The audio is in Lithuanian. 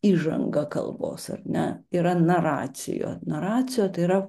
įžanga kalbos ar ne yra naracio naracija tai yra